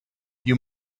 you